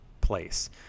place